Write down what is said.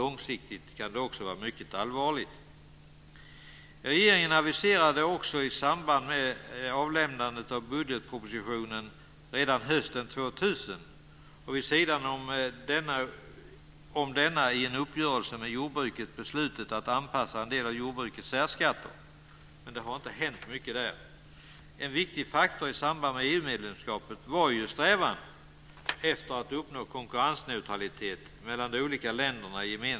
Långsiktigt kan det också vara mycket allvarligt. Regeringen aviserade också i samband med avlämnandet av budgetpropositionen redan hösten 2000 och vid sidan om denna, i en uppgörelse med jordbruket, beslutet att anpassa en del av jordbrukets särskatter. Men där har inte mycket hänt.